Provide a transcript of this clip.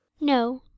No